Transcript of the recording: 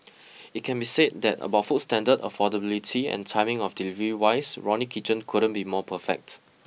it can be said that about food standard affordability and timing of delivery wise Ronnie Kitchen couldn't be more perfect